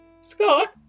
Scott